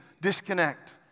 disconnect